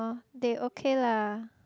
they okay lah